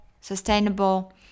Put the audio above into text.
sustainable